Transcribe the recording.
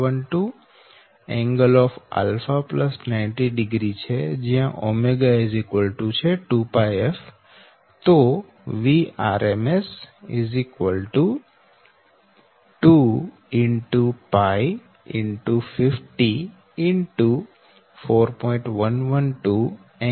6º છે તો Vrms 𝜔 λ12ㄥ90º છે જ્યા 𝜔 2𝜋f તો Vrms 250 4